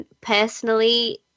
Personally